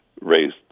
raised